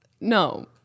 No